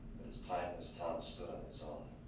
it's time this town stood on its own.